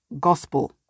gospel